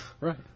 Right